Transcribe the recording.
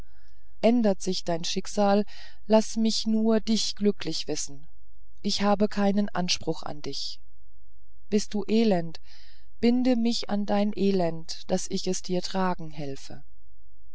ändert sich dein schicksal laß mich nur dich glücklich wissen ich habe keinen anspruch an dich bist du elend binde mich an dein elend daß ich es dir tragen helfe